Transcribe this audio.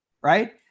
right